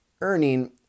earning